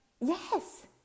yes